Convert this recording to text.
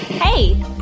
Hey